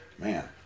man